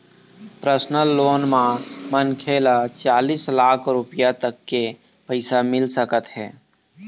personal loan म मनखे ल चालीस लाख रूपिया तक के पइसा मिल सकत हे